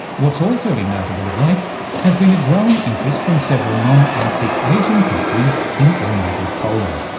what's also been notable of late has been a growing interest from several non-arctic asian countries in all matters polar.